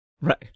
Right